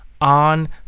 on